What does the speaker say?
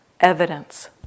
evidence